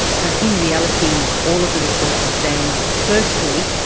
but in reality all of the research is saying, firstly,